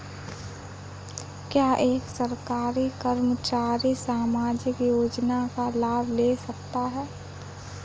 क्या एक सरकारी कर्मचारी सामाजिक योजना का लाभ ले सकता है?